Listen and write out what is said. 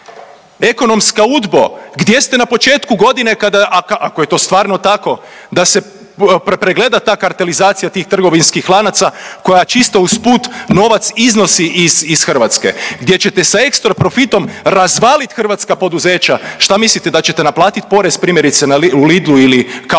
Ekonomska Udbo gdje ste na početku godine kada ako je to stvarno tako da se pregleda ta kartelizacija tih trgovinskih lanaca koja čisto uz put novac iznosi iz Hrvatske, gdje ćete sa ekstra profitom razvalit hrvatska poduzeća? Šta mislite da ćete naplatit porez primjerice u Lidlu ili u Kauflandu